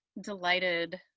delighted